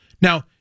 Now